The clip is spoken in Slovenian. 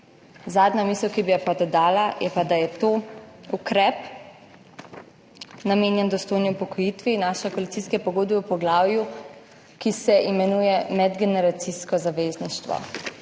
Zadnja misel, ki bi jo pa dodala, je pa, da je to ukrep namenjen dostojni upokojitvi naše koalicijske pogodbe v poglavju, ki se imenuje Medgeneracijsko zavezništvo.